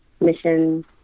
mission